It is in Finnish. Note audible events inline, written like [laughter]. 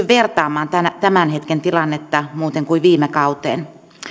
[unintelligible] vertaamaan tämän hetken tilannetta muuten kuin viime kauteen